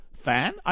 fan